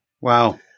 Wow